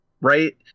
right